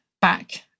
back